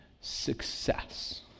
success